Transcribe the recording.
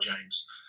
James